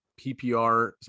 PPR